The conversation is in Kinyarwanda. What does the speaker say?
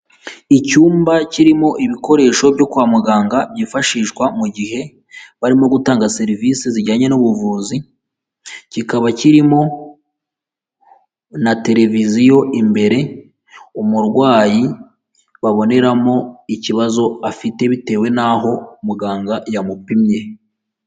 Icyumba kirimo ibikoresho byo kwa muganga byifashishwa mu gihe barimo gutanga serivisi zijyanye n'ubuvuzi, kikaba kirimo na televiziyo imbere umurwayi baboneramo ikibazo afite bitewe n'aho muganga yamupimye.